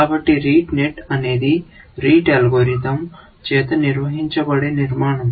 కాబట్టి rete net అనేది rete algorithm చేత నిర్వహించబడే నిర్మాణం